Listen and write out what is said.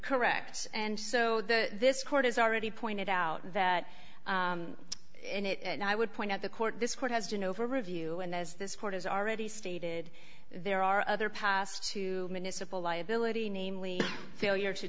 correct and so this court has already pointed out that in it and i would point out the court this court has been over review and as this court has already stated there are other pass to misapply liability namely failure to